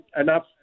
enough